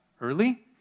early